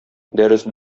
дәрес